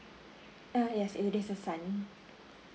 uh yes it is a son